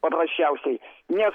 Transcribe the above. paprasčiausiai nes